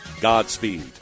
Godspeed